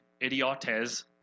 idiotes